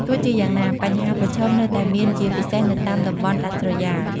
ទោះជាយ៉ាងណា បញ្ហាប្រឈមនៅតែមានជាពិសេសនៅតាមតំបន់ដាច់ស្រយាល។